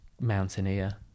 mountaineer